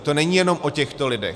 To není jenom o těchto lidech.